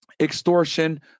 extortion